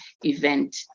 event